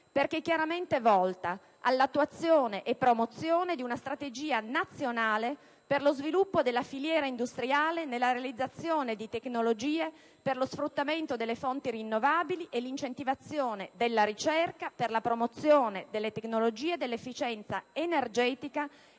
perché chiaramente volta all'attuazione e promozione di una strategia nazionale per lo sviluppo della filiera industriale nella realizzazione di tecnologie per lo sfruttamento delle fonti rinnovabili e l'incentivazione della ricerca per la promozione delle tecnologie dell'efficienza energetica